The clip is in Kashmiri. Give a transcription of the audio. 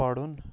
پرُن